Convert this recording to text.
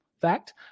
fact